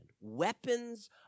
Weapons